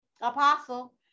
apostle